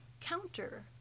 counter